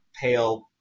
pale